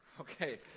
Okay